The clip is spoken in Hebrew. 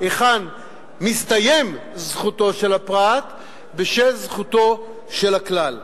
היכן מסתיימת זכותו של הפרט בשל זכותו של הכלל.